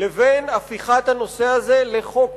לבין הפיכת הנושא הזה לחוק פלילי.